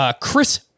Chris